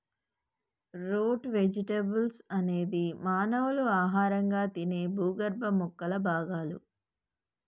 route vegetables అనేది మానవులు ఆహారంగా తినే భూగర్భ మొక్కల భాగాలు